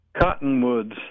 Cottonwoods